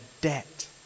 debt